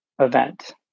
event